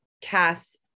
Cass